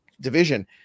division